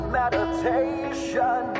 meditation